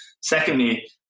Secondly